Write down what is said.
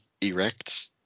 erect